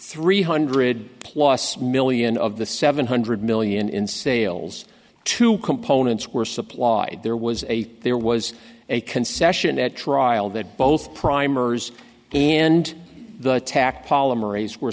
three hundred plus million of the seven hundred million in sales two components were supplied there was a there was a concession at trial that both primers and the attack polymerase were